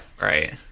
Right